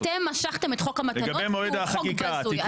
אתם משכתם את חוק המתנות כי הוא חוק בזוי.